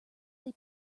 they